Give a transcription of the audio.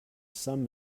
some